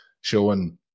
showing